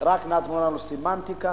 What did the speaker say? רק נתנו לנו סמנטיקה,